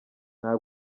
nta